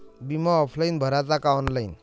बिमा ऑफलाईन भराचा का ऑनलाईन?